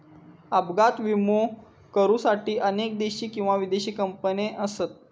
अपघात विमो करुसाठी अनेक देशी किंवा विदेशी कंपने असत